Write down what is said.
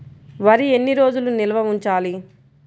వరి ఎన్ని రోజులు నిల్వ ఉంచాలి?